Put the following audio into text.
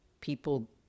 people